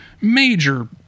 major